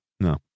No